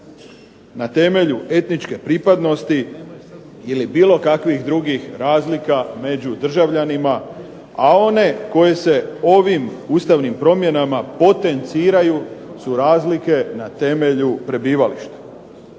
na temelju etničke pripadnosti ili bilo kakvih drugih razlika među državljanima, a one koji se ovim ustavnim promjenama potenciraju su razlike na temelju prebivališta,